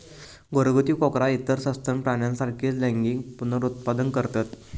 घरगुती कोकरा इतर सस्तन प्राण्यांसारखीच लैंगिक पुनरुत्पादन करतत